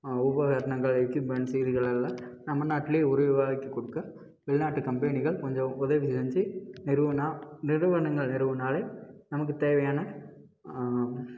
உபகரணங்கள் எக்யூப்மெண்ட்ஸ் இதுகளெல்லாம் நம்ம நாட்லையே உருவாக்கி கொடுக்க வெளிநாட்டு கம்பெனிகள் கொஞ்சம் உதவி செஞ்சு நிறுவினா நிறுவனங்கள் நிறுவினாலே நமக்கு தேவையான